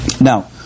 Now